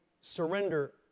surrender